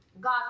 God